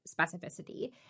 specificity